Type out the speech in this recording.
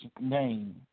name